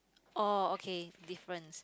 orh okay difference